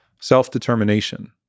self-determination